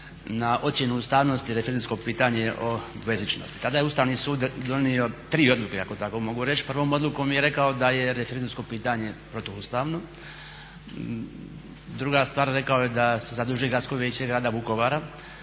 na ocjenu ustavnosti referendumsko pitanje o dvojezičnosti. Tada je Ustavni sud donio tri odluke, ako tako mogu reći. Prvom odlukom je rekao da je referendumsko pitanje protuustavno, druga stvar rekao je da se zadužuje Gradsko vijeće Grada Vukovara